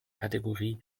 kategorie